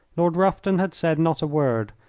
lord rufton had said not a word,